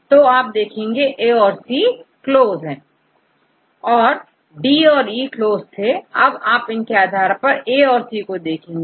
तो आप देखेंगेA और C क्लोज हैऔर D और E क्लोज थे आप इनके आधार पर A और C देखेंगे